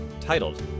titled